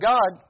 God